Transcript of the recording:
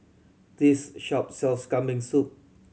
this shop sells Kambing Soup